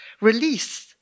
release